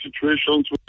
situations